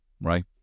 right